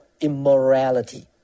immorality